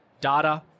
data